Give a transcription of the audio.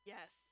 Yes